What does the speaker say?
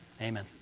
Amen